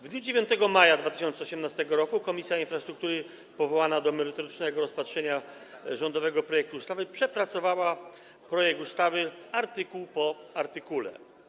W dniu 9 maja 2018 r. Komisja Infrastruktury, powołana do merytorycznego rozpatrzenia rządowego projektu ustawy, przepracowała projekt ustawy artykuł po artykule.